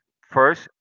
First